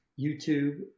youtube